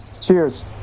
Cheers